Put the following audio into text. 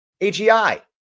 AGI